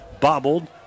Bobbled